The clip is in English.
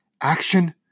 Action